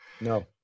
No